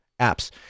apps